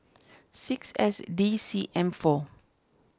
six S D C M four